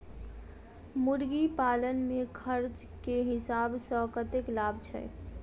मुर्गी पालन मे खर्च केँ हिसाब सऽ कतेक लाभ छैय?